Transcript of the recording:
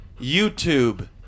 YouTube